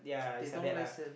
they don't listen